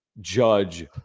Judge